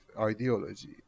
ideology